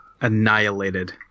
annihilated